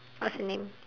what's the name